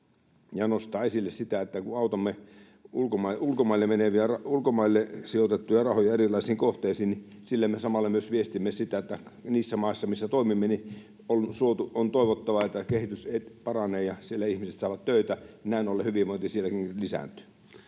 ja nostaa esille sitä, että kun autamme ulkomaille sijoitettuja rahoja erilaisiin kohteisiin, niin sillä me samalla myös viestimme sitä, että niissä maissa, missä toimimme, on toivottavaa, että kehitys paranee ja siellä ihmiset saavat töitä, ja näin ollen hyvinvointi sielläkin lisääntyy.